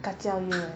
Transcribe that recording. kacau you eh